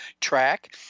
track